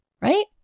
Right